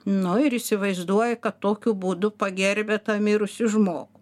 nu ir įsivaizduoja kad tokiu būdu pagerbia tą mirusį žmogų